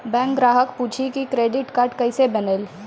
Bank ग्राहक पुछी की क्रेडिट कार्ड केसे बनेल?